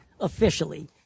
officially